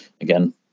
again